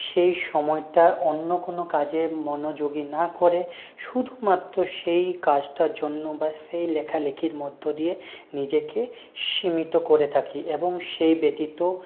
সেই সময়টা অন্য কোনো কাজে মনোযোগী না করে শুধুমাত্র সেই কাজটার জন্য বা সেই লেখালেখির মধ্য দিয়ে নিজেকে সীমিত করে থাকি এবং সেই ব্যতীত